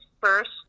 first